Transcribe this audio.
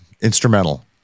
instrumental